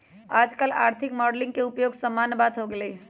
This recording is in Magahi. याजकाल आर्थिक मॉडलिंग के उपयोग सामान्य बात हो गेल हइ